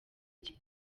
cye